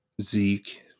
Zeke